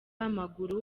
w’amaguru